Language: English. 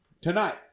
Tonight